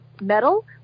metal